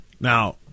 Now